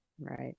right